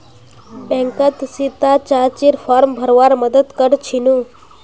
बैंकत सीता चाचीर फॉर्म भरवार मदद कर छिनु